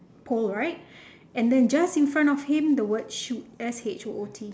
pole right and than just in front of him the word shoot S H O O T